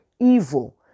evil